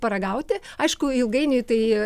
paragauti aišku ilgainiui tai